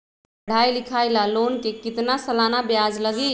पढाई लिखाई ला लोन के कितना सालाना ब्याज लगी?